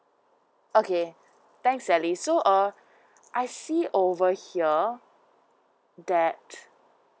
okay thank sally so err I see over here that